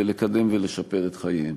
ולקדם ולשפר את חייהם.